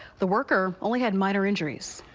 the worker only had minor injuries.